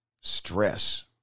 stress